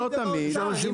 יש אנשים שעובדים.